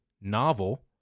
novel